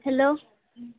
hello